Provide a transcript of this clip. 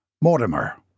Mortimer